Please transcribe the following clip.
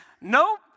Nope